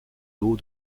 d’eau